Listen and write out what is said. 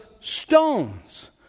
stones—